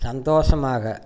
சந்தோஷமாக